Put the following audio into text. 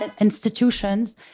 institutions